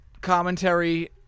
Commentary